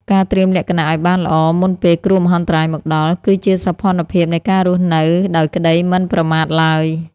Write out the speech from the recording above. ការត្រៀមលក្ខណៈឱ្យបានល្អមុនពេលគ្រោះមហន្តរាយមកដល់ គឺជាសោភ័ណភាពនៃការរស់នៅដោយក្តីមិនប្រមាទឡើយ។